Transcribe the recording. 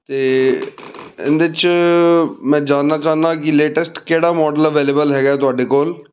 ਅਤੇ ਇਹਦੇ 'ਚ ਮੈਂ ਜਾਣਨਾ ਚਾਹੁੰਦਾ ਕਿ ਲੇਟੈਸਟ ਕਿਹੜਾ ਮਾਡਲ ਅਵੇਲੇਬਲ ਹੈਗਾ ਤੁਹਾਡੇ ਕੋਲ